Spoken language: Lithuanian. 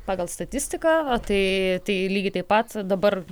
pagal statistiką tai tai lygiai taip pat dabar